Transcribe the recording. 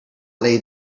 laid